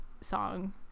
song